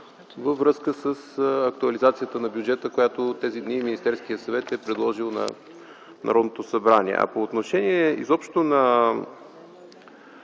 във връзка с актуализацията на бюджета, която тези дни Министерския съвет е предложил на Народното събрание. По отношение изобщо на